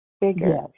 bigger